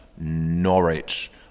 Norwich